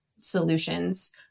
solutions